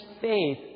faith